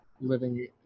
living